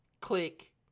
click